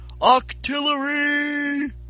Octillery